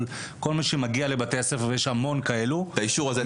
כל מי שמגיע לבתי הספר ויש המון כאלו -- את האישור הזה הם חייבים.